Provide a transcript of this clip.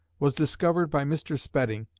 was discovered by mr. spedding,